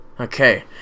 Okay